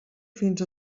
fins